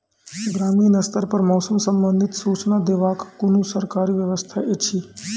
ग्रामीण स्तर पर मौसम संबंधित सूचना देवाक कुनू सरकारी व्यवस्था ऐछि?